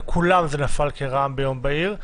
על כולם זה נפל כרעם ביום בהיר,